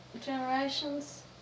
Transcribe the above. generations